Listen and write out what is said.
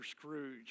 Scrooge